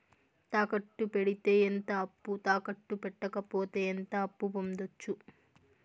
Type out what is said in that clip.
తాకట్టు పెడితే ఎంత అప్పు, తాకట్టు పెట్టకపోతే ఎంత అప్పు పొందొచ్చు?